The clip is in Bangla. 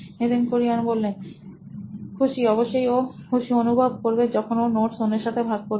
Nitin Kurien C O O nine electronics খুশি অবশ্যই ও খুশি অনুভব করবে যখন ও নোটস অন্যের সাথে ভাগ করবে